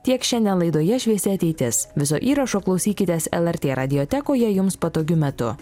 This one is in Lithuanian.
tiek šiandien laidoje šviesi ateitis viso įrašo klausykitės lrt radiotekoje jums patogiu metu